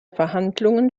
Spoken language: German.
verhandlungen